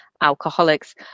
alcoholics